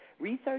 Research